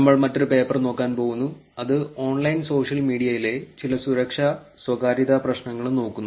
നമ്മൾ മറ്റൊരു പേപ്പർ നോക്കാൻ പോകുന്നു അത് ഓൺലൈൻ സോഷ്യൽ മീഡിയയിലെ ചില സുരക്ഷാ സ്വകാര്യതാ പ്രശ്നങ്ങളും നോക്കുന്നു